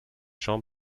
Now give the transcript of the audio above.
شام